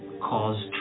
cause